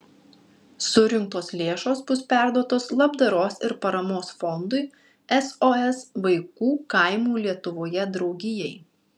surinktos lėšos bus perduotos labdaros ir paramos fondui sos vaikų kaimų lietuvoje draugijai